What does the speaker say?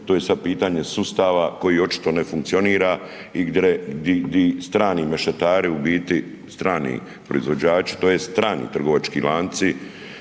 to je sad pitanje sustava koji očito ne funkcionira i gdi strani mešetari u biti, strani proizvođači tj. strani trgovački lanci